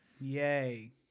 Yay